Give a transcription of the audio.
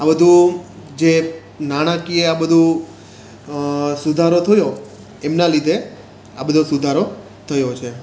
આ બધું જે નાણાકીય આ બધુ સુધારો થયો એમના લીધે આ બધો સુધારો થયો છે